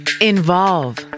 Involve